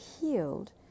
healed